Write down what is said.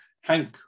Hank